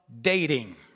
dating